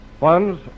Funds